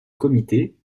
comité